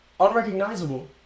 Unrecognizable